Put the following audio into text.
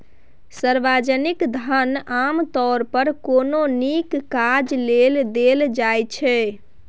सार्वजनिक धन आमतौर पर कोनो नीक काजक लेल देल जाइत छै